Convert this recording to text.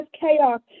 chaos